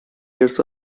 years